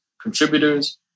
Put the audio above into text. contributors